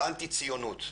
באנטי ציונות.